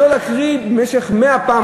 לא להקריא מאה פעמים,